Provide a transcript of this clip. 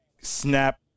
snap